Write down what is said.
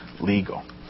legal